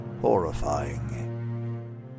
horrifying